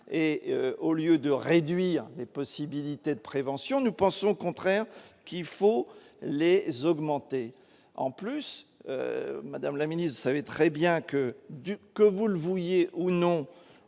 et au lieu de réduire les possibilités de prévention ne pense au contraire qu'il faut les augmenter en plus madame la Ministre, savait très bien que du que vous le voyez, ou non,